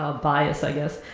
ah bias i guess.